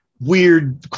weird